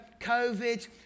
COVID